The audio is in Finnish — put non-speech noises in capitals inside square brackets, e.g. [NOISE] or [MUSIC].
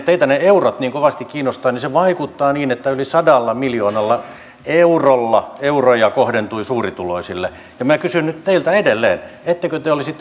[UNINTELLIGIBLE] teitä ne eurot niin kovasti kiinnostavat vaikuttaa niin että yli sadalla miljoonalla eurolla euroja kohdentui suurituloisille minä kysyn teiltä nyt edelleen ettekö te olisi [UNINTELLIGIBLE]